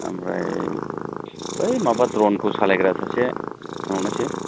ओमफ्राय बै माबा द्र'नखौ सालायग्रा सासे थिनहरनोसै